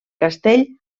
castell